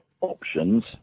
options